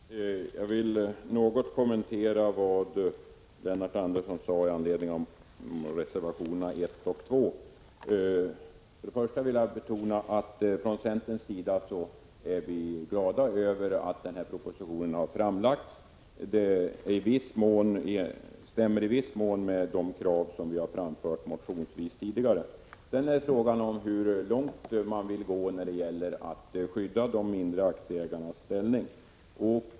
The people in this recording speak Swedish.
Herr talman! Jag vill något kommentera vad Lennart Andersson sade i anledning av reservationerna 1 och 2. För det första vill jag betona att vi från centerns sida är glada över den proposition som har framlagts. Den stämmer i viss mån med de krav vi tidigare har framfört motionsvis. Men det är också fråga om hur långt man vill gå när det gäller att skydda de mindre aktieägarnas ställning.